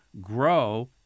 grow